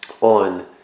on